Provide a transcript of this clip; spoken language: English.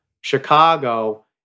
Chicago